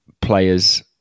players